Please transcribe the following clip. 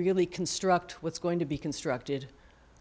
really construct what's going to be constructed